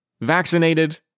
vaccinated